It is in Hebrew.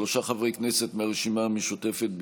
שלושה חברי כנסת מהרשימה המשותפת ביקשו.